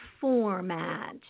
format